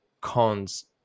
cons